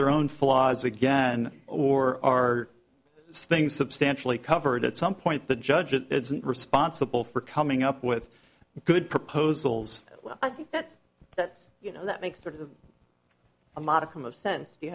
their own flaws again or are things substantially covered at some point the judge it isn't responsible for coming up with good proposals i think that you know that makes them a modicum of sense